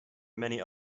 many